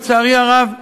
לצערי הרב,